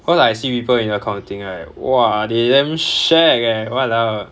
cause I see people in accounting right !wah! they damn shag eh !walao!